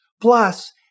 Plus